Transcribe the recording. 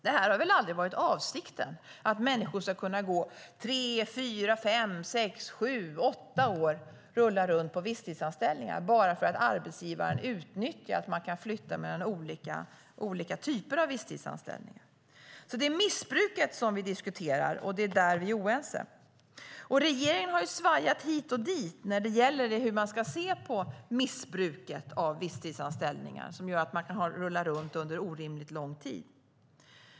Det har väl aldrig varit avsikten att människor ska kunna gå tre, fyra, fem, sex, sju eller åtta år och rulla runt mellan visstidsanställningar bara för att arbetsgivaren utnyttjar att man kan flytta mellan olika typer av visstidsanställningar. Det är alltså missbruket som vi diskuterar, och det är där som vi är oense. Regeringen har ju svajat hit och dit när det gäller hur man ska se på missbruket av visstidsanställningar som gör att man kan rulla runt mellan olika visstidsanställningar under orimligt lång tid.